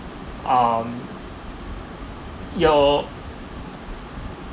um your